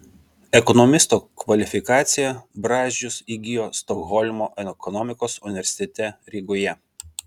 ekonomisto kvalifikaciją brazdžius įgijo stokholmo ekonomikos universitete rygoje